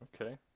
okay